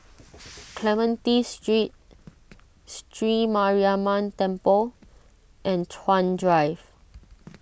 Clementi Street Sri Mariamman Temple and Chuan Drive